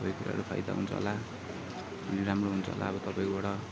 तपाईँकोबाट फाइदा हुन्छ होला अनि राम्रो हुन्छ होला अब तपाईँकोबाट